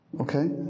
Okay